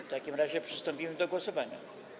W takim razie przystąpimy do głosowania.